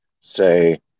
say